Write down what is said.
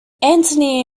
antony